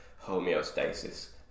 homeostasis